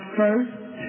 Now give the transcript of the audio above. first